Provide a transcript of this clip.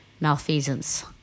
malfeasance